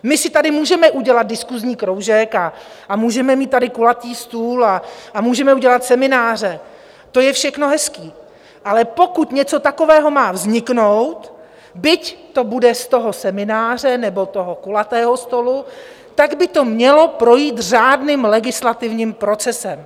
My si tady můžeme udělat diskusní kroužek a můžeme mít tady kulatý stůl a můžeme udělat semináře, to je všechno hezké, ale pokud něco takového má vzniknout, byť to bude z toho semináře nebo kulatého stolu, tak by to mělo projít řádným legislativním procesem.